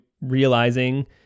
realizing